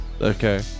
Okay